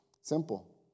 Simple